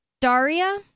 daria